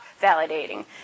validating